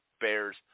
Bears